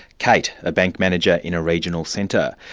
kate, a bank manager in a regional centre.